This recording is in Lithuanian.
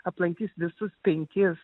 aplankys visus penkis